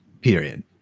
Period